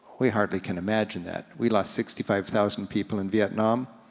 we hardly can imagine that. we lost sixty five thousand people in vietnam,